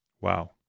Wow